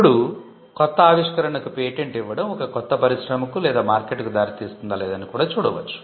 ఇప్పుడు కొత్త ఆవిష్కరణకు పేటెంట్ ఇవ్వడం ఒక కొత్త పరిశ్రమకు లేదా మార్కెట్కు దారితీస్తుందా లేదా అని కూడా చూడవచ్చు